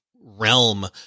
realm